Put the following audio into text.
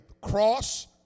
Cross